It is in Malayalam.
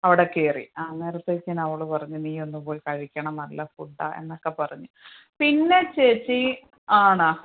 അവിടെ കയറി അന്നേരത്തേക്കിനും അവൾ പറഞ്ഞു നീ ഒന്ന് പോയി കഴിക്കണം നല്ല ഫുഡാ എന്നൊക്കെ പറഞ്ഞു പിന്നെ ചേച്ചി ആണാ